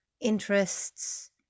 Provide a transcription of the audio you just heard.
interests